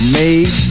made